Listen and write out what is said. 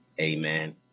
amen